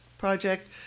project